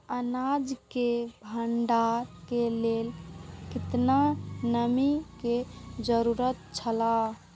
अनाज के भण्डार के लेल केतना नमि के जरूरत छला?